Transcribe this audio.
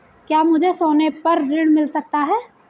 क्या मुझे सोने पर ऋण मिल सकता है?